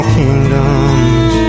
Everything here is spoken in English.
kingdoms